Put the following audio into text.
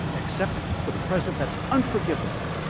accept for the present that's unforgivable